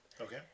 Okay